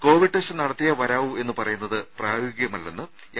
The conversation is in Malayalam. കോവിഡ് ടെസ്റ്റ് നടത്തിയേ വരാവൂ എന്ന് പറയുന്നത് പ്രായോഗികല്ലെന്ന് എം